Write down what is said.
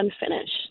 unfinished